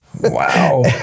Wow